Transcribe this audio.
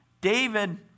David